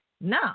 Now